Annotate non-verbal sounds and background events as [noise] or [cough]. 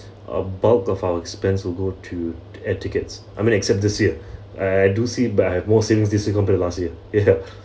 a bulk of our expense will go to air tickets I mean except this year I do see but I have more savings this year compared to last year [laughs] ya